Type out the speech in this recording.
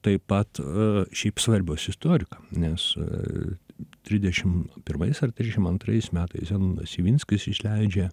taip pat šiaip svarbios istorikam nes trisdešimt pirmais ar trisdešimt antrais metais zenonas ivinskis išleidžia